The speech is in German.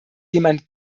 jemand